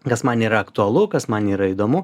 kas man yra aktualu kas man yra įdomu